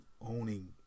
owning